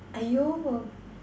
!aiyo!